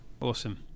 Awesome